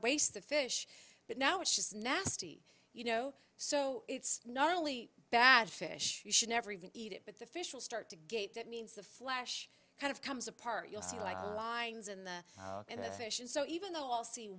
waste the fish but now it's just nasty you know so it's not only bad fish you should never even eat it but the fish will start to gape that means the flesh kind of comes apart you'll see the light and the station so even though all see